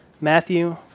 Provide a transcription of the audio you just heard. Matthew